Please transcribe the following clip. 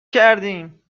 کردیم